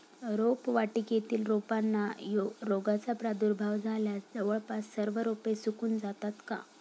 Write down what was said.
रोपवाटिकेतील रोपांना रोगाचा प्रादुर्भाव झाल्यास जवळपास सर्व रोपे सुकून जातात का?